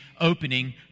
opening